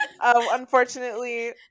unfortunately